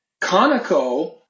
Conoco